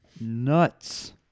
nuts